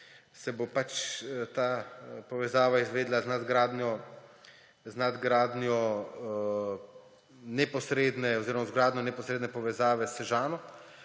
se bo ta povezava izvedla z nadgradnjo neposredne oziroma z izgradnjo neposredne povezave s Sežano.